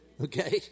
okay